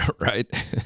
right